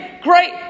great